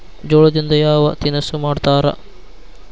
ಜೋಳದಿಂದ ಯಾವ ತಿನಸು ಮಾಡತಾರ?